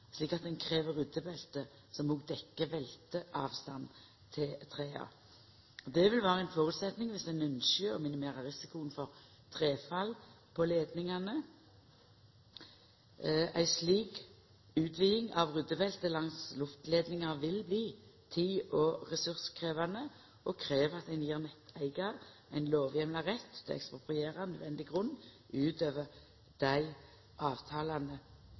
slik at ein krev ryddebelte som òg dekkjer velteavstand til trea. Det vil vera ein føresetnad om ein ynskjer å minimera risikoen for trefall på leidningane. Ei slik utviding av ryddebeltet langs luftleidningane vil bli tid- og ressurskrevjande; det krev at ein gjev netteigar ein lovheimla rett til å ekspropriera nødvendig grunn utover det dei avtalane